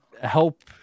help